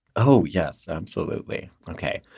oh, yes, absolutely. okay.